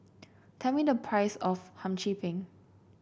tell me the price of Hum Chim Peng